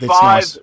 Five